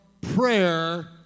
prayer